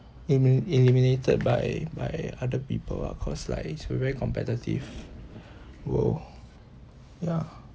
elim~ eliminated by by other people ah cause like it's very competitive !whoa! ya